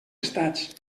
estats